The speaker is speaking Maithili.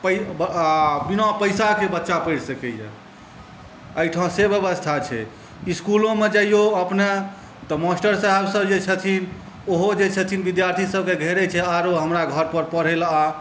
बिना पैसाके बच्चा पढ़ि सकैया एहिठाम से व्यवस्था छै इसकुलोमे जाइयो अपनेँ तऽ मास्टर साहेब सब जे छथिन ओहो जे छथिन विद्यार्थीसब कए घेरै छै आरौ हमर घरपर पढ़य लए आ